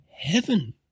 heaven